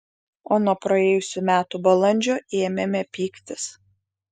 o nuo praėjusių metų balandžio ėmėme pyktis